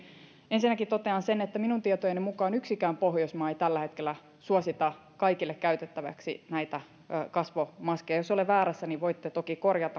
ensinnäkin totean sen että minun tietojeni mukaan yksikään pohjoismaa ei tällä hetkellä suosita kaikille käytettäväksi näitä kasvomaskeja jos olen väärässä niin voitte toki korjata